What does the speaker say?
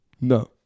No